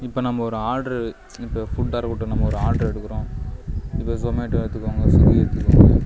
இப்போ நம்ம ஒரு ஆர்டரு இப்போ ஃபுட்டாக இருக்கட்டும் நம்ம ஒரு ஆர்டரு எடுக்கிறோம் இப்போ ஸொமேட்டோ எடுத்துக்கோங்க ஸ்விகி எடுத்துக்கோங்க